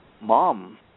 mom